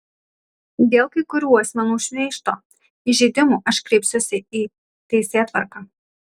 dėl kai kurių asmenų šmeižto įžeidimų aš kreipsiuosi į teisėtvarką